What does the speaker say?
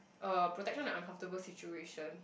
uh protection in uncomfortable situations